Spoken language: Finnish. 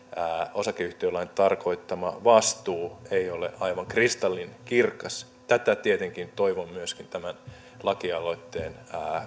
osakeyhtiölain tarkoittama vastuu ei ole aivan kristallinkirkas tätä tietenkin toivon myöskin tämän lakialoitteen